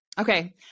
Okay